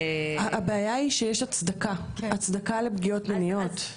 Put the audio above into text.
הבעיה היא שיש הצדקה לפגיעות מיניות.